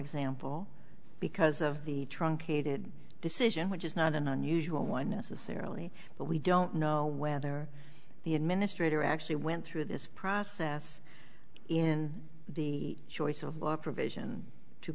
example because of the truncated decision which is not an unusual one necessarily but we don't know whether the administrator actually went through this process in the choice of law provision two